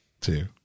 two